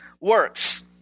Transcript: works